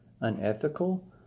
unethical